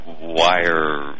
wire